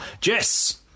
Jess